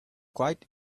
quite